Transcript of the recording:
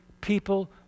people